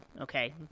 okay